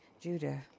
Judah